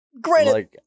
Granted